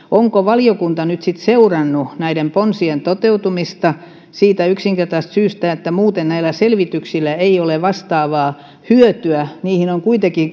onko valiokunta nyt sitten seurannut näiden ponsien toteutumista siitä yksinkertaisesta syystä että muuten näistä selvityksistä ei ole vastaavaa hyötyä niihin on kuitenkin